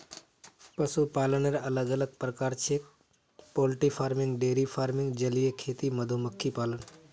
पशुपालनेर अलग अलग प्रकार छेक पोल्ट्री फार्मिंग, डेयरी फार्मिंग, जलीय खेती, मधुमक्खी पालन